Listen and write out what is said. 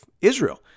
Israel